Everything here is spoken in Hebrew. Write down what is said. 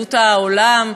ליהדות העולם,